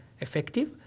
effective